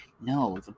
No